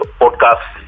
podcast